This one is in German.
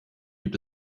gab